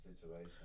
situation